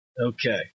Okay